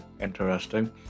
interesting